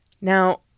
Now